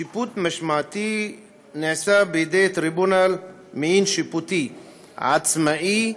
שיפוט משמעתי נעשה בידי טריבונל מעין-שיפוטי עצמאי.